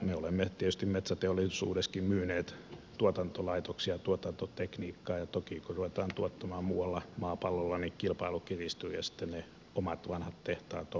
me olemme tietysti metsäteollisuudessakin myyneet tuotantolaitoksia tuotantotekniikkaa ja toki kun ruvetaan tuottamaan muualla maapallolla niin kilpailu kiristyy ja sitten ne omat vanhat tehtaat ovat olleet vaarassa